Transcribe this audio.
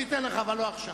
אני אתן לך אבל לא עכשיו.